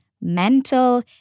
mental